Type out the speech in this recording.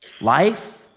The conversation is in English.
Life